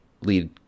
lead